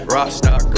Rockstar